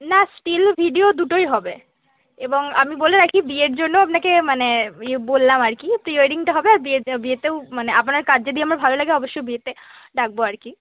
না still video দুটোই হবে এবং আমি বলে রাখি বিয়ের জন্যও আপনাকে মানে ইয়ে বললাম আর কি প্রি ওয়েডিংটা হবে আর বিয়েতেও মানে আপনার কাজ যদি আমার ভালো লাগে অবশ্যই বিয়েতে ডাকব আর কি